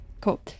Cool